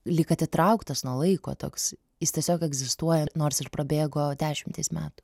lyg atitrauktas nuo laiko toks jis tiesiog egzistuoja nors ir prabėgo dešimtys metų